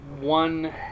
one